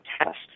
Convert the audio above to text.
test